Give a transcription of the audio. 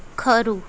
ખરું